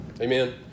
amen